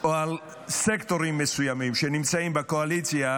או על סקטורים מסוימים שנמצאים בקואליציה,